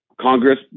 Congress